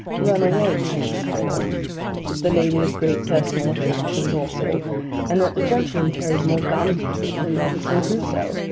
run-away kind of couple that the lady had great personal attractions also and that the gentleman carried more guns with him than robinson crusoe,